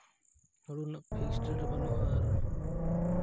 ᱦᱩᱲᱩ ᱨᱮᱱᱟᱜ fixed rate ᱵᱟᱹᱱᱩᱜᱼᱟ ᱟᱨ